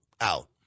out